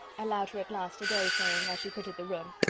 allowed her at last to go saying, as she quitted the room,